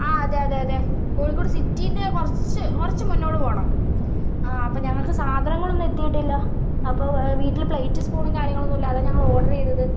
ആ അതെ അതെ അതെ കോഴിക്കോട് സിറ്റിൻ്റെ കുറച്ച് കുറച്ച് മുന്നോട്ട് പോകണം ആ അപ്പോൾ ഞങ്ങൾക്ക് സാധനങ്ങളൊന്നും എത്തിയിട്ടില്ല അപ്പോൾ വീട്ടിൽ പ്ലേറ്റ് സ്പൂണും കാര്യങ്ങളൊന്നും ഇല്ല അതാ നമ്മൾ ഓർഡർ ചെയ്തത്